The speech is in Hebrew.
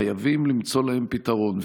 חייבים למצוא להם פתרון.